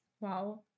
wow